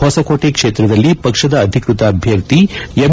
ಹೊಸಕೋಟೆ ಕ್ಷೇತ್ರದಲ್ಲಿ ಪಕ್ಷದ ಅಧಿಕೃತ ಅಭ್ಯರ್ಥಿ ಎಂ